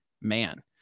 man